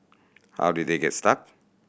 how did they get stuck